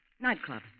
Nightclub